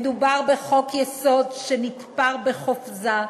מדובר בחוק-יסוד שנתפר בחופזה,